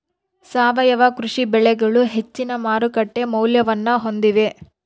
ಸಾವಯವ ಕೃಷಿ ಬೆಳೆಗಳು ಹೆಚ್ಚಿನ ಮಾರುಕಟ್ಟೆ ಮೌಲ್ಯವನ್ನ ಹೊಂದಿವೆ